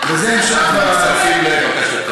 אנחנו מצטרפים לבקשתך.